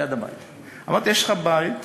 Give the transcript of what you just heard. אמרתי: יש לך בית,